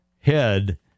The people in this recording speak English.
head